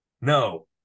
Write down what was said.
No